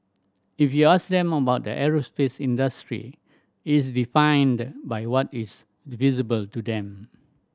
if you ask them about the aerospace industry it's defined by what is visible to them